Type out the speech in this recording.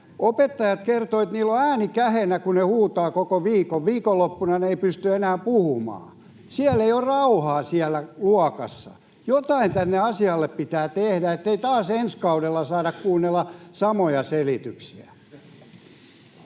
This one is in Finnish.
Opettajat kertoivat, että heillä on ääni käheänä, kun he huutavat koko viikon — viikonloppuna he eivät pysty enää puhumaan. Siellä luokassa ei ole rauhaa. Jotain tälle asialle pitää tehdä, ettei taas ensi kaudella saada kuunnella samoja selityksiä.